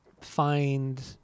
find